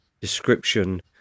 description